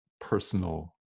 personal